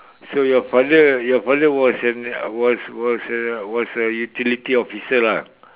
so your father your father was an was was a was a utility officer lah